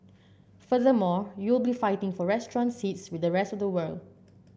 furthermore you will be fighting for restaurant seats with the rest of the world